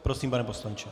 Prosím, pane poslanče.